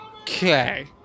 okay